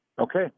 Okay